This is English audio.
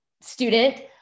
student